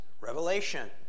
revelation